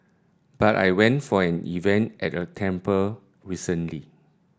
but I went for an event at a temple recently